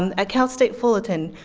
um at cal state fullerton,